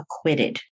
acquitted